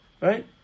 Right